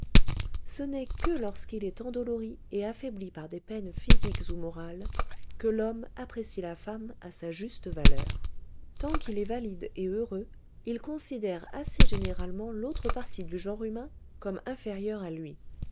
ce n'est que lorsqu'il est endolori et affaibli par des peines physiques ou morales que l'homme apprécie la femme à sa juste valeur tant qu'il est valide et heureux il considère assez généralement l'autre partie du genre humain comme inférieure à lui